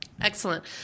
Excellent